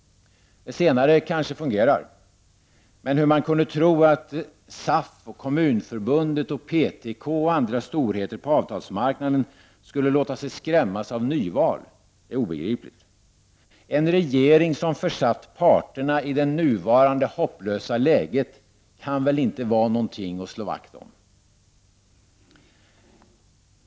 Det senare kanske fungerar, men hur man kunde tro att SAF, Kommunförbundet, PTK och andra storheter på arbetsmarknaden skulle låta sig skrämmas av nyval är obegripligt. En regering som har försatt parterna i det nuvarande hopplösa läget kan väl inte vara någonting att slå vakt om.